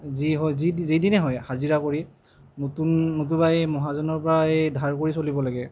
যি হয় যেই যেই দিনেই হয় হাজিৰা কৰি নতুন নতুবা এই মহাজনৰ পৰা এই ধাৰ কৰি চলিব লাগে